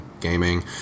gaming